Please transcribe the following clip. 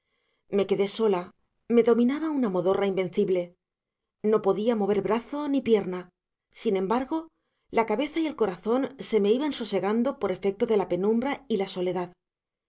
me quedé sola me dominaba una modorra invencible no podía mover brazo ni pierna sin embargo la cabeza y el corazón se me iban sosegando por efecto de la penumbra y la soledad